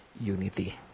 unity